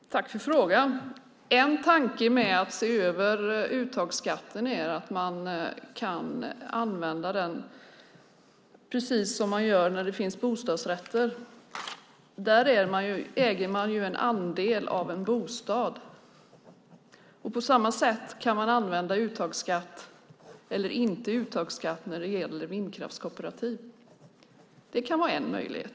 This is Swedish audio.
Herr talman! Tack för frågan! En tanke med att se över uttagsbeskattningen är att man kan använda den precis som man gör när det finns bostadsrätter. Där äger man en andel av en bostad. På samma sätt kan man använda eller inte använda uttagsbeskattning när det gäller vindkraftskooperativ. Det kan vara en möjlighet.